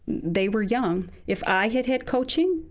they were young. if i had had coaching,